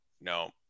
no